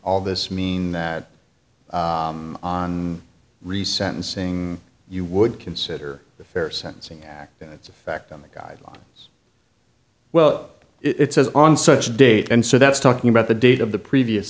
all this mean that on re sentencing you would consider the fair sentencing and its effect on the guidelines well it says on such date and so that's talking about the date of the previous